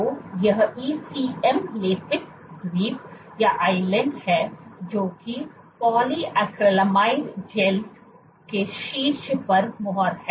तो ये ईसीएम लेपित द्वीप हैं जो कि पॉलीएक्रिलामाइड जैल के शीर्ष पर मुहर हैं